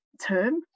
term